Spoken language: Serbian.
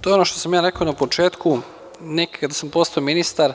To je ono što sam ja rekao na početku, nekad kada sam postao ministar